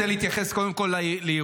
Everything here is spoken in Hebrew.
אני רוצה להתייחס קודם כול לאירועי,